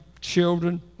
children